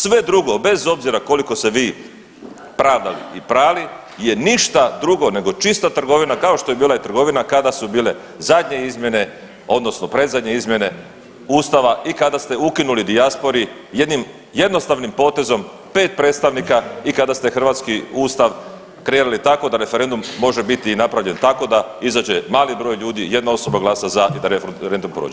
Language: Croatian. Sve druge, bez obzira koliko se vi pravdali i prali je ništa drugo nego čista trgovina kao što je bila i trgovina kada su bile zadnje izmjene odnosno predzadnje izmjene ustava i kada ste ukinuli dijaspori jednim jednostavnim potezom pet predstavnika i kada te hrvatski ustav krenuli tako da referendum može biti napravljen tako da izađe mali broj ljudi, jedna osoba glasa za i da referendum prođe.